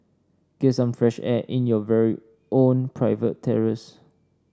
get some fresh air in your very own private terrace